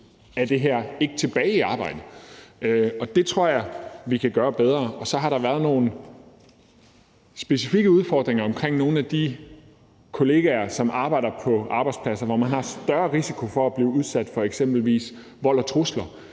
af det her ikke tilbage i arbejde, og det tror jeg vi kan gøre bedre. Så har der været nogle specifikke udfordringer i forhold til nogle af de kollegaer, som arbejder på arbejdspladser, hvor man har større risiko for at blive udsat for eksempelvis vold og trusler,